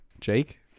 Jake